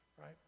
right